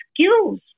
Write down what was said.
skills